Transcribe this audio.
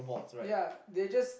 ya they just